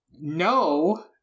No